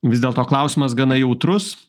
vis dėlto klausimas gana jautrus